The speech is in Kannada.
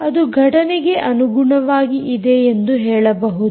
ಅದು ಘಟನೆಗೆ ಅನುಗುಣವಾಗಿ ಇದೆ ಎಂದು ಹೇಳಬಹುದು